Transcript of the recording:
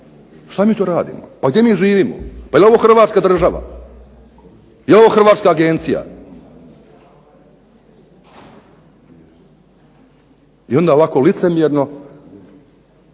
Šta mi to radimo? Pa gdje mi živimo? Pa je li ovo Hrvatska država? Je li ovo hrvatska agencija? I onda ovako licemjerno